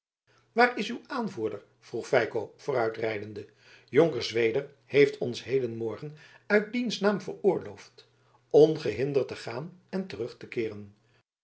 waar is uw aanvoerder vroeg feiko vooruitrijdende jonker zweder heeft ons hedenmorgen uit diens naam veroorloofd ongehinderd te gaan en terug te keeren